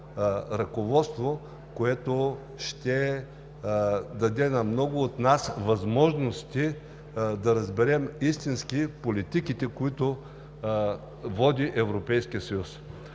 ръководство, което ще даде на много от нас възможности да разберем истински политиките, които води Европейският съюз.